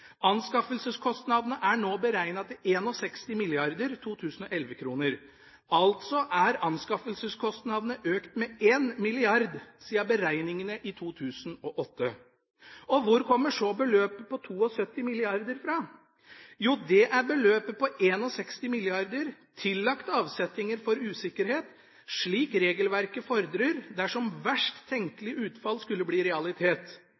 Anskaffelseskostnadene er nå beregnet til 61 mrd. 2011-kroner, altså er anskaffelseskostnadene økt med 1 mrd. kr siden beregningene i 2008. Og hvor kommer så beløpet på 72 mrd. kr fra? Jo, det er beløpet på 61 mrd. kr tillagt avsetninger for usikkerhet, slik regelverket fordrer, dersom verst tenkelige utfall skulle bli realitet.